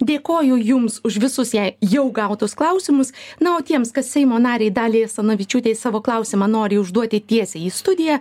dėkoju jums už visus jai jau gautus klausimus na o tiems kas seimo narei daliai asanavičiūtei savo klausimą nori užduoti tiesiai į studiją